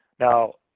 now,